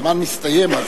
הזמן מסתיים.